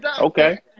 okay